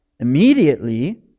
Immediately